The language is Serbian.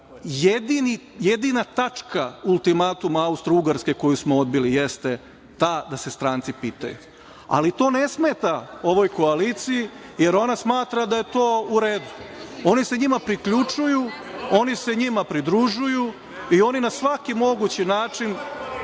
Jedina tačka ultimatuma Austrougarske koju smo odbili je ta da se stranci pitaju. Ali to ne smeta ovoj koaliciji, jer ona smatra da je to u redu. Oni se njima priključuju, oni se njima pridružuju i oni na svaki mogući način